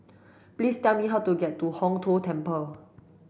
please tell me how to get to Hong Tho Temple